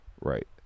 Right